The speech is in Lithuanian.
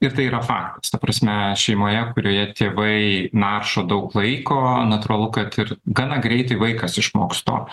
ir tai yra faktas ta prasme šeimoje kurioje tėvai naršo daug laiko natūralu kad ir gana greitai vaikas išmoks to